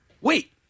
Wait